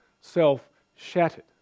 self-shattered